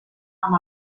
amb